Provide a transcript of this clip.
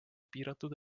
piiratud